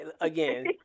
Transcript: again